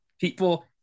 People